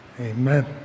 Amen